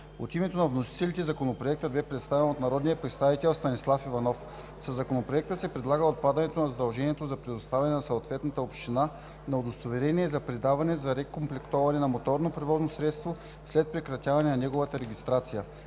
От името на вносителите Законопроектът бе представен от народния представител Станислав Иванов. Със Законопроекта се предлага отпадането на задължението за предоставяне на съответната община на удостоверението за предаване за разкомплектуване на моторно превозно средство след прекратяване на неговата регистрация.